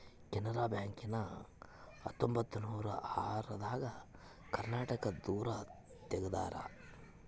Canara bank ನ ಹತ್ತೊಂಬತ್ತನೂರ ಆರ ದಾಗ ಕರ್ನಾಟಕ ದೂರು ತೆಗ್ದಾರ